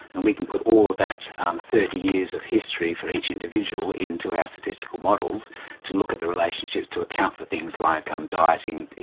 and we can put all of that thirty years of history for each individual into our statistical models to look at the relationships to account for things like um dieting,